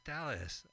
Dallas